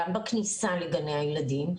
מכניסה לגני הילדים,